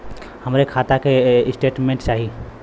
हमरे खाता के स्टेटमेंट चाही?